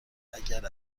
اگر